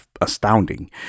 astounding